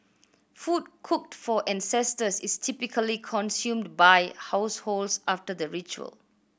food cooked for ancestors is typically consumed by households after the ritual